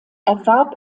erwarb